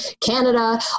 Canada